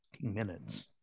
minutes